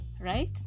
right